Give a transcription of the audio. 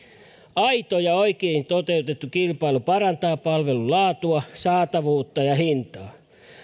aito ja oikein toteutettu kilpailu parantaa palvelun laatua saatavuutta ja hintaa